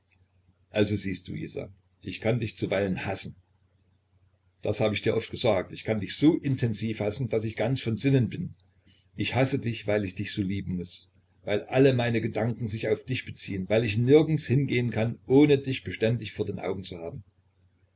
also siehst du isa ich kann dich zuweilen hassen das hab ich dir oft gesagt ich kann dich so intensiv hassen daß ich ganz von sinnen bin ich hasse dich weil ich dich so lieben muß weil alle meine gedanken sich auf dich beziehen weil ich nirgends hingehen kann ohne dich beständig vor den augen zu haben